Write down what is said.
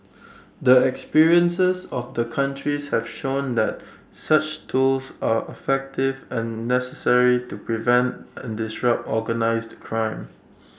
the experiences of the countries have shown that such tools are effective and necessary to prevent and disrupt organised crime